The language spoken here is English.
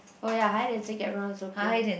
oh ya hide and seek everyone also play